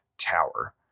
tower